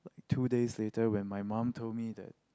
two days later when my mum told me that